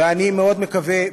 ואני מאוד מקווה,